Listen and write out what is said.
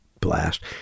blast